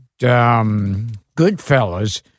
Goodfellas